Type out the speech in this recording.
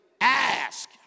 ask